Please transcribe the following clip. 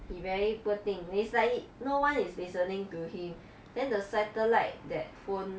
he very poor thing he's like he no one is listening to him then the satellite that phone